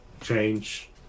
change